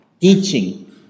teaching